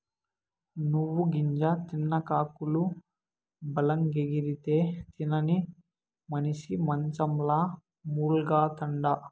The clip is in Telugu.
నువ్వు గింజ తిన్న కాకులు బలంగెగిరితే, తినని మనిసి మంచంల మూల్గతండా